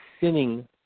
sinning